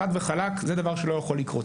חד וחלק, זה דבר שלא יכול לקרות.